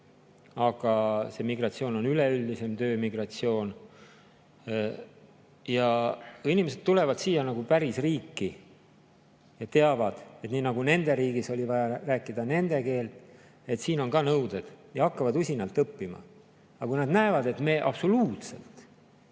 aga on ka üleüldisem töömigratsioon. Ja inimesed tulevad siia nagu päris riiki, teavad, et nii nagu nende riigis oli vaja rääkida nende keelt, on siingi nõuded, ja hakkavad usinalt õppima. Aga kui nad näevad, et me absoluutselt